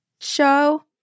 show